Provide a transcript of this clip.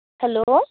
hello